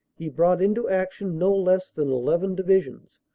he brought into action no less than eleven divisions,